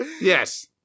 Yes